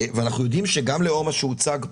אנחנו יודעים, גם לאור מה שהוצג פה,